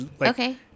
Okay